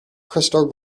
crystal